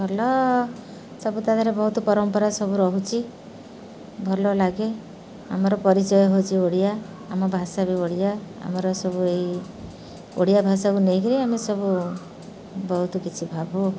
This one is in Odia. ଭଲ ସବୁ ତା ଦେହରେ ବହୁତ ପରମ୍ପରା ସବୁ ରହୁଛି ଭଲ ଲାଗେ ଆମର ପରିଚୟ ହେଉଛି ଓଡ଼ିଆ ଆମ ଭାଷା ବି ଓଡ଼ିଆ ଆମର ସବୁ ଏଇ ଓଡ଼ିଆ ଭାଷାକୁ ନେଇକରି ଆମେ ସବୁ ବହୁତ କିଛି ଭାବୁ